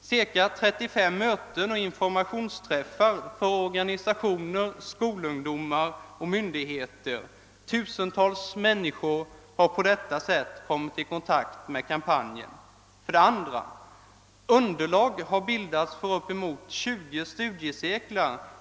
Cirka 35 möten och informationsträffar för organisationer, skolungdomar och myndigheter. Tusentals människor har på detta sätt kommit i kontakt med kampanjen. 2) Underlag har bildats för upp emot 20 studiecirklar.